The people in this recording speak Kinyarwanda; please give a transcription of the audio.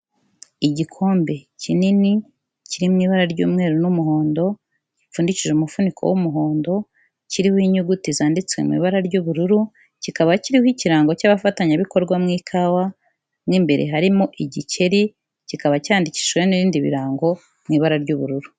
Igikombe kinini, kiri mu ibara ry'umweru n'umuhondo, gipfundikije umufuniko w'umuhondo, kiriho inyuguti zanditse mu ibara ry'ubururu, kikaba kiriho ikirango cy'abafatanyabikorwa mu ikawa, mo imbere harimo igikeri, kikaba cyandikishijweho n'ibindi birango, mu ibara ry'ubururu.